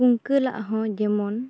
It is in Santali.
ᱠᱩᱝᱠᱟᱹᱞᱟᱜ ᱦᱚᱸ ᱡᱮᱢᱚᱱ